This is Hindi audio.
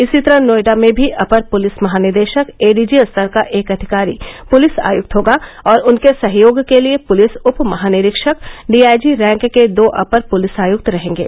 इसी तरह नोएडा में भी अपर पुलिस महानिदेशक एडीजी स्तर का एक अधिकारी पुलिस आयुक्त होगा और उनके सहयोग के लिए पुलिस उप महानिरीक्षक डीआईजी रैंक के दो अपर पुलिस आयुक्त रहेंगे